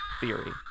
theory